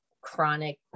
chronic